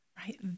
right